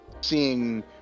seeing